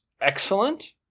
excellent